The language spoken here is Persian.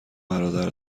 برادر